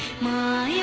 my